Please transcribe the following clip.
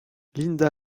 linda